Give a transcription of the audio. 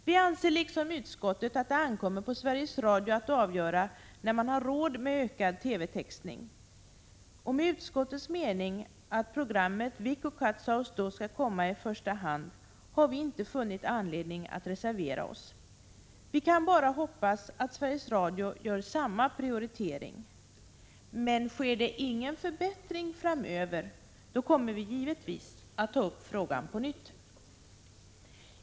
Vi anser liksom utskottet att det ankommer på Sveriges Radio att avgöra om man har råd med ökad TV-textning. Emot utskottets mening att programmet Viikkokatsaus då skall komma i första hand har vi inte funnit anledning att reservera oss. Vi kan bara hoppas att Sveriges Radio gör samma prioritering. Men sker ingen förbättring framöver, kommer vi givetvis att ta upp frågan på nytt.